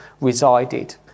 resided